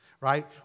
right